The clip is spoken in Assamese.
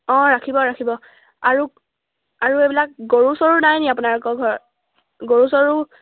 অঁ ৰাখিব ৰাখিব আৰু আৰু এইবিলাক গৰু চৰু নাই নেকি আপোনালোকৰ ঘৰত গৰু চৰু